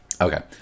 Okay